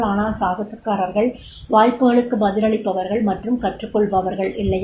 ஆனால் சாகசக்காரர்கள் வாய்ப்புகளுக்கு பதிலளிப்பவர்கள் மற்றும் கற்றுக்கொள்பவர்கள் இல்லையா